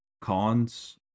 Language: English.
cons